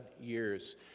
years